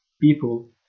people